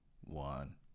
one